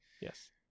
yes